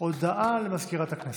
הודעה למזכירת הכנסת.